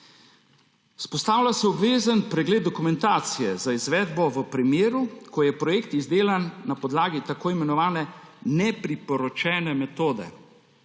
Vzpostavlja se obvezen pregled dokumentacije za izvedbo v primeru, ko je projekt izdelan na podlagi tako imenovane nepriporočene metode.